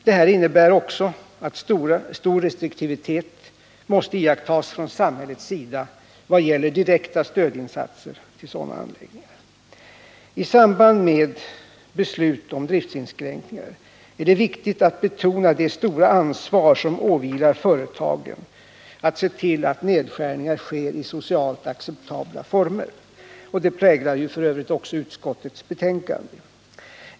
Detta innebär oci att stor restriktivitet mäste iakttas från samhällets sida vad gäller direkta stödinsatser till sådana anläggningar. I samband med beslut om driftinskränkningar är det viktigt att betona det stora ansvar som åvilar företagen när det gäller att se till att nedskä ningar sker i socialt acceptabla former. Detta synsätt präglar f. ö. också utskottets betänkande.